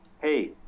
hey